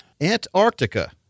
Antarctica